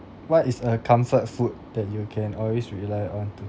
what is a comfort food that you can always rely on to